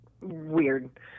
weird